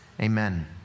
amen